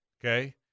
okay